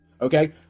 okay